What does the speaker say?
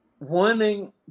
wanting